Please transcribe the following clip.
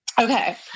Okay